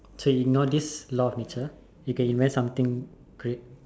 so ignore this law of nature you can invent something great